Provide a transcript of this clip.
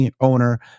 owner